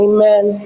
Amen